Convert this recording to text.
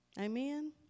Amen